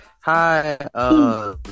hi